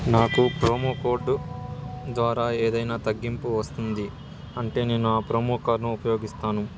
నాకు promo code ద్వారా ఏదైనా తగ్గింపు వస్తుంది అంటే నేను ఆ ప్రోమో కాడ్ను ఉపయోగిస్తాను